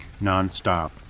non-stop